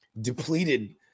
depleted